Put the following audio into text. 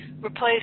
Replace